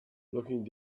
looking